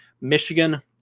michigan